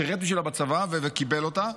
שירת בשבילה בצבא וקיבל אותה,